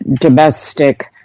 domestic